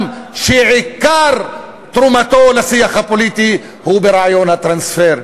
שעיקר תרומתו לשיח הפוליטי הוא ברעיון הטרנספר,